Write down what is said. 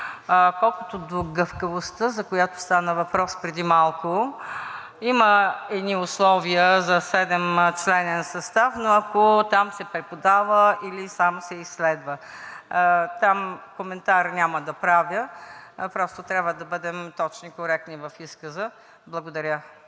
Колкото до гъвкавостта, за която стана въпрос преди малко, има едни условия за седемчленен състав, но ако там се преподава или само се изследва. Там коментар няма да правя, просто трябва да бъдем точни и коректни в изказа. Благодаря.